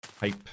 pipe